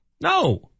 No